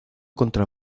contra